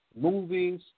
movies